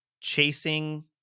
chasing